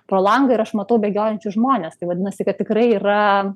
pro langą ir aš matau bėgiojančius žmones tai vadinasi kad tikrai yra